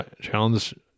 challenge